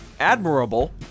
admirable